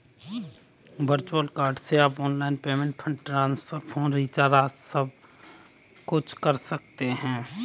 virtual card से आप online payment, fund transfer, phone recharge आदि सबकुछ कर सकते हैं